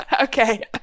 Okay